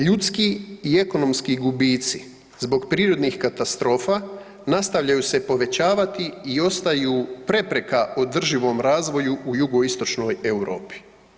Ljudski i ekonomski gubitci zbog prirodnih katastrofa nastavljaju se povećavati i ostaju prepreka održivom razvoju u jugoistočnoj Europi.